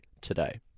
today